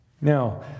Now